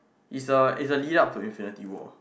is a is a lead up to Infinity-War